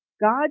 God